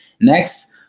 Next